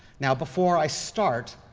now before i start,